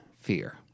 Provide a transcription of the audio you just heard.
fear